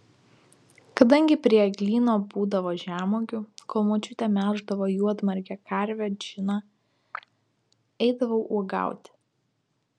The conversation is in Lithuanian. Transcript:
kadangi prie eglyno būdavo žemuogių kol močiutė melždavo juodmargę karvę džiną eidavau uogauti